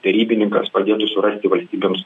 derybininkas padėtų surasti valstybėms